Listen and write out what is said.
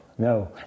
No